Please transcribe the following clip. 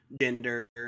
gender